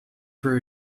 for